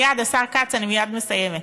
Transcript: מייד, השר כץ, אני מייד מסיימת.